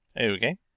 Okay